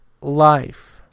life